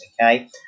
Okay